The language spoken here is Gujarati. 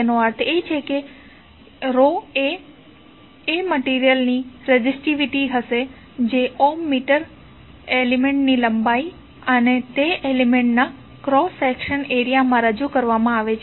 તેનો અર્થ એ છે કે એ મટીરીઅલની રેઝિસ્ટીવીટી હશે જે ઓહ્મ મીટર એલિમેન્ટ્ની લંબાઈ અને તે એલિમેન્ટ્ના ક્રોસ સેક્શન એરિયા માં રજૂ કરવામાં આવે છે